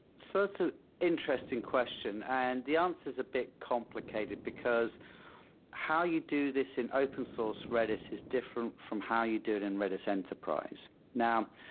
so that's an ah interesting question and the answer is a bit complicated, because how you do this in open source redis is different from how you do it in redis enterprise. now,